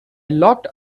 locked